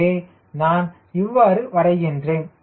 எனவே நான் இவ்வாறு வரைகின்றேன்